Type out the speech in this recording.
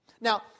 Now